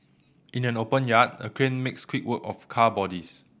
in an open yard a crane makes quick work of car bodies